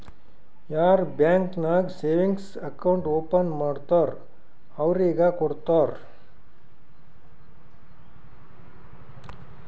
ಯಾರ್ ಬ್ಯಾಂಕ್ ನಾಗ್ savings account open ಮಾಡ್ತಾರ್ ಅವ್ರಿಗ ಕೊಡ್ತಾರ್